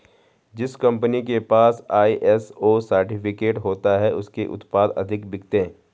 जिस कंपनी के पास आई.एस.ओ सर्टिफिकेट होता है उसके उत्पाद अधिक बिकते हैं